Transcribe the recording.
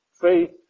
faith